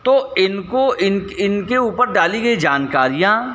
तो इनको इन इनके ऊपर डाली गई जानकारियाँ